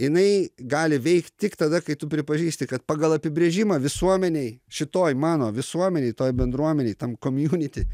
jinai gali veikt tik tada kai tu pripažįsti kad pagal apibrėžimą visuomenėj šitoj mano visuomenėj toj bendruomenėj tam komuniti